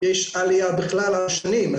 עליה בכלל במשך השנים.